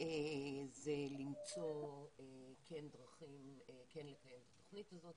זה למצוא דרכים לקיים את התוכנית הזאת,